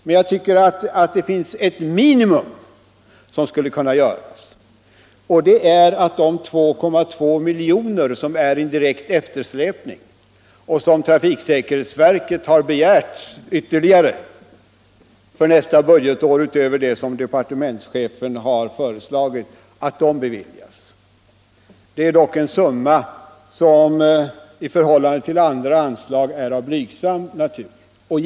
Men jag tycker att det finns ett minimum som skulle kunna göras, och det är att de 2,2 milj.kr. beviljas som trafiksäkerhetsverket begärt för nästa budgetår utöver det som departementschefen föreslagit. Det innebär ju bara att en direkt eftersläpning hämtas in. Detta är dock en summa som i förhållande till andra anslag är av blygsam natur.